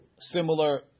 similar